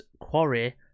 quarry